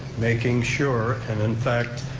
making sure, and in fact,